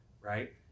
right